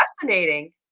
fascinating